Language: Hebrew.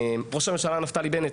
הממשלה נפתלי בנט,